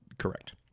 correct